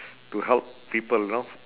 to help people know